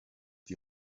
die